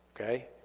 okay